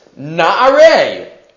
Naare